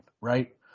right